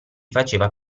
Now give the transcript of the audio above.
faceva